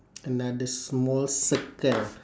another small circle